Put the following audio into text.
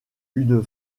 une